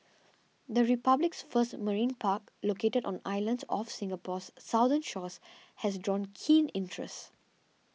the republic's first marine park located on islands off Singapore's southern shores has drawn keen interest